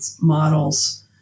models